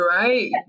right